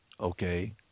okay